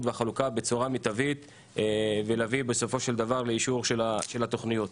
והחלוקה בצורה מיטבית ולהביא בסופו של דבר לאישור של התוכניות.